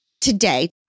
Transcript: today